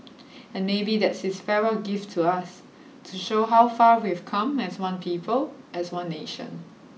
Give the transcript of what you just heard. and maybe that's his farewell gift to us to show how far we've come as one people as one nation